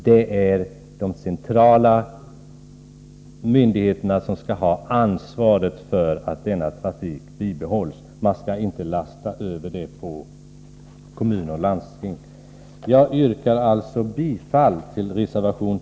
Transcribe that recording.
Det är de centrala myndigheterna som har ansvaret för att denna trafik bibehålls. Det ansvaret skall inte lastas över på kommuner och landsting.